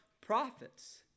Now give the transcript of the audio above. prophets